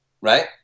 right